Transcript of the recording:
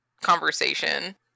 conversation